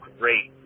great